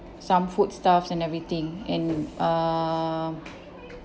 some foodstuffs and everything and err